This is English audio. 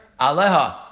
Aleha